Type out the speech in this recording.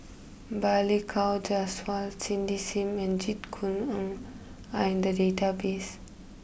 Balli Kaur Jaswal Cindy Sim and Jit Koon Ng are in the database